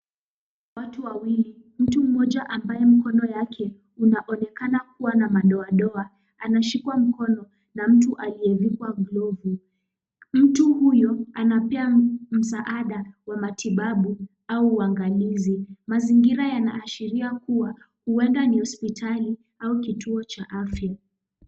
Watu wawili, mtu mmoja ambaye mkono wake unaonekana kuwa na madoadoa anashikwa mkono na mtu aliyevaa glovu. Mtu huyo anampa msaada wa matibabu au uangalizi mazingira yanaashiria kuwa, huenda ni hospitali au kituo cha afya.